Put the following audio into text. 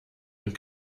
und